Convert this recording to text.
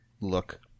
look